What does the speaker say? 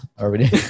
Already